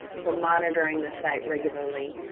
for monitoring the site regularly,